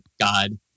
God